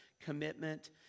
commitment